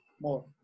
more